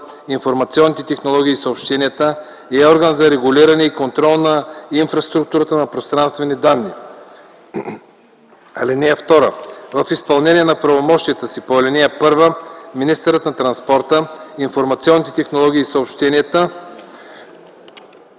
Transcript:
информационните технологии и съобщенията е орган за регулиране и контрол на инфраструктурата на пространствени данни. (2) В изпълнение на правомощията си по ал. 1 министърът на транспорта, информационните технологии и съобщенията: